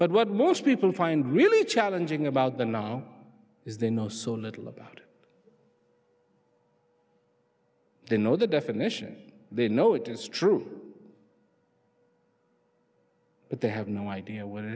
but what most people find really challenging about them now is they know so little about they know the definition they know it is true but they have no idea whe